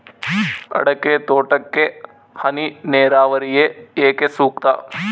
ಅಡಿಕೆ ತೋಟಕ್ಕೆ ಹನಿ ನೇರಾವರಿಯೇ ಏಕೆ ಸೂಕ್ತ?